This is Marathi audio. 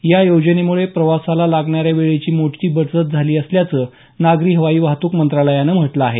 या योजनेमुळे प्रवासाला लागणाऱ्या वेळेची मोठी बचत झाली आहे असं नागरी हवाई वाहतूक मंत्रालयानं म्हटलं आहे